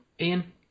Ian